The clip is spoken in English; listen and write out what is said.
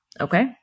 Okay